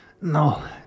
No